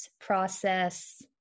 process